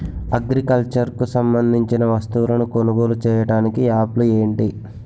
Agriculture కు సంబందించిన వస్తువులను కొనుగోలు చేయటానికి యాప్లు ఏంటి?